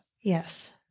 Yes